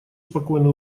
спокойно